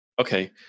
Okay